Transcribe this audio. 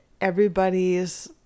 everybody's